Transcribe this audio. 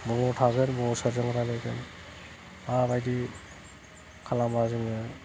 बबाव थागोन बबाव सोरजों रायज्लायगोन माबायदि खालामोबा जोङो